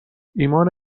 ایمان